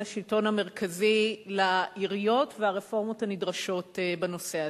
השלטון המרכזי לעיריות והרפורמות הנדרשות בנושא הזה.